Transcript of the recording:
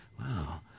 Wow